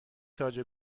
تاج